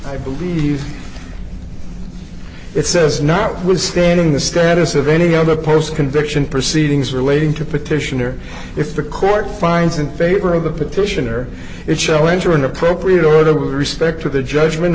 i believe it says notwithstanding the status of any other post conviction proceedings relating to petitioner if the court finds in favor of the petitioner it shall enter an appropriate order to respect to the judgment